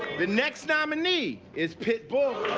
the next nominee is pit bull.